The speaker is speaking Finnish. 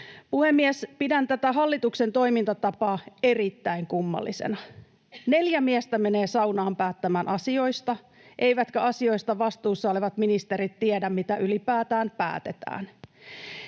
tätä hallituksen toimintatapaa erittäin kummallisena. Neljä miestä menee saunaan päättämään asioista, eivätkä asioista vastuussa olevat ministerit tiedä, mitä ylipäätään päätetään.